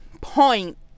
point